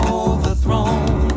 overthrown